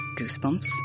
goosebumps